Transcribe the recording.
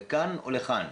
לכאן או לכאן,